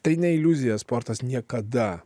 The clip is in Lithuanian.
tai ne iliuzija sportas niekada